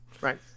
Right